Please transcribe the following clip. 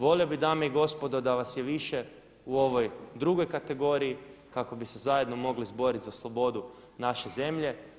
Volio bih dame i gospodo da vas je više u ovoj drugoj kategoriji kako bi se zajedno mogli izboriti za slobodu naše zemlje.